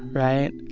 right?